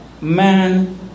man